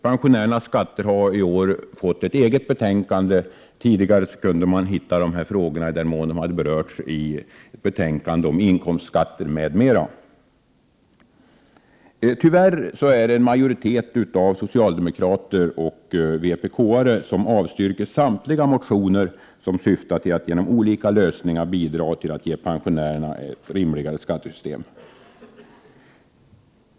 Pensionärernas skatter har i år fått ett eget betänkande. Tidigare kunde man hitta dessa frågor — i den mån de berörts — i betänkanden om inkomstskatter m.m. Tyvärr är det en majoritet av s och vpk som avstyrker samtliga motioner som syftar till att genom olika lösningar bidra till att ge pensionärerna ett rimligare skattesystem.